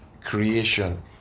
creation